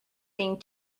thing